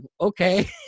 okay